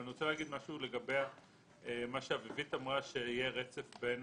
אבל אני רוצה לומר משהו לגבי מה שאביבית אמרה שיהיה רצף בין